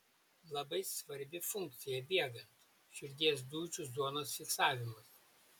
labai svarbi funkcija bėgant širdies dūžių zonos fiksavimas